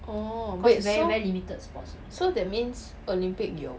orh wait so so that means olympics 有